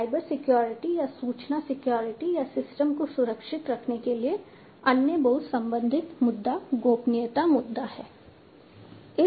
cyber security या system को सुरक्षित रखने के लिए अन्य बहुत संबंधित मुद्दा गोपनीयता मुद्दा है